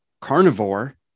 carnivore